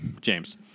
James